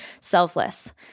selfless